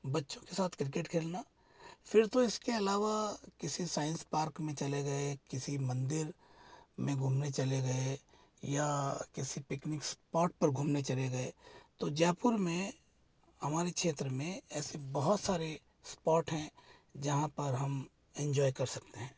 बच्चों के साथ क्रिकेट खेलना फिर तो इसके अलावा किसी साइंस पार्क में चले गए किसी मंदिर में घूमने चले गए या किसी पिकनीक स्पॉट पर घूमने चले गए तो जयपुर में हमारे क्षेत्र में ऐसे बहुत सारे स्पॉट हैं जहाँ पर हम एन्जॉय कर सकते हैं